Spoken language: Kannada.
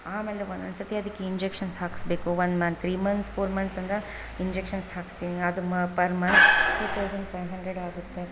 ಆಮೇಲೆ ಒಂದೊಂದ್ಸರ್ತಿ ಅದಕ್ಕೆ ಇಂಜೆಕ್ಷನ್ಸ್ ಹಾಕಿಸ್ಬೇಕು one month three months four months ಅಂದರೆ ಇಂಜೆಕ್ಷನ್ಸ್ ಹಾಕಿಸ್ತೀನಿ ಅದು per month two thousand five hundred ಆಗುತ್ತೆ